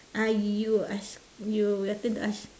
uh you ask you your turn to ask